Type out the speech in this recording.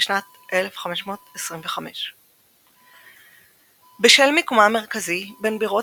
בשנת 1525. בשל מיקומה המרכזי בין בירות